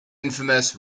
infamous